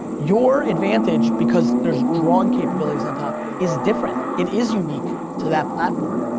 your advantage because there's drawing capabilities on top is different. it is unique to that platform.